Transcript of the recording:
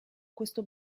questo